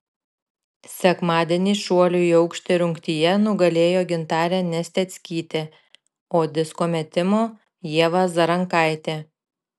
sekmadienį šuolių į aukštį rungtyje nugalėjo gintarė nesteckytė o disko metimo ieva zarankaitė